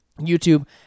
YouTube